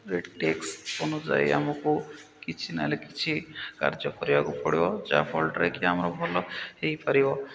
tax ଅନୁଯାୟୀ ଆମକୁ କିଛି ନହେଲେ କିଛି କାର୍ଯ୍ୟ କରିବାକୁ ପଡ଼ିବ ଯାହା ଫଳଟରେ କି ଆମର ଭଲ ହୋଇପାରିବ